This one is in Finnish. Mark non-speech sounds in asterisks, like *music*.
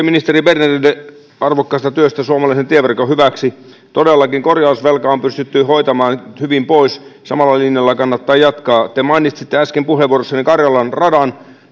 *unintelligible* ministeri bernerille arvokkaasta työstä suomalaisen tieverkon hyväksi todellakin korjausvelkaa on pystytty hoitamaan hyvin pois samalla linjalla kannattaa jatkaa te mainitsitte äsken puheenvuorossanne karjalan radan